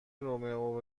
رومئو